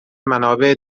منابع